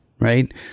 right